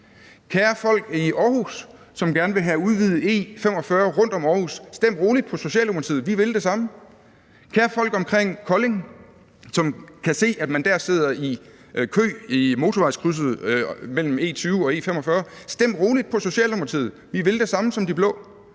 Kære folk i Aarhus, som gerne vil have udvidet E45 rundt om Århus, stem roligt på Socialdemokratiet, for vi vil det samme. Kære folk omkring Kolding, som kan se, at man sidder i kø i motorvejskrydset mellem E20 og E45, stem roligt på Socialdemokratiet, for vi vil det samme som de blå.